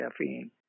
caffeine